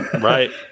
Right